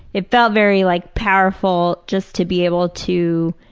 it felt very like powerful just to be able to